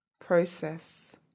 process